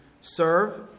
serve